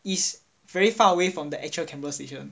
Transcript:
is very far away from the actual canberra station